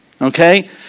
Okay